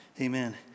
Amen